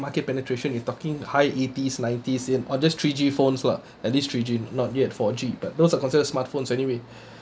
market penetration is talking high eighties nineties in or just three G phones lah at least three G not yet four G but those are considered smartphones anyway